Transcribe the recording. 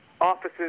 offices